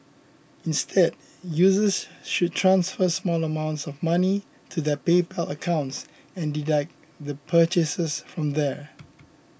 instead users should transfer small amounts of money to their PayPal accounts and deduct their purchases from there